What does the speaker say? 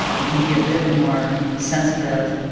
we can be a bit more sensitive,